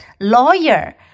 Lawyer